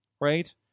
Right